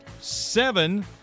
Seven